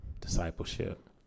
discipleship